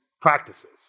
practices